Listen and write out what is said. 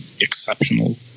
exceptional